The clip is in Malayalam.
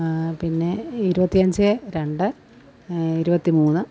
പിന്നെ ഇരുപത്തി അഞ്ച് രണ്ട് ഇരുപത്തി മൂന്ന്